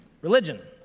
Religion